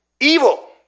evil